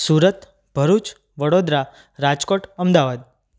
Surat Bharuch Vadodara Rajkot Ahmedabad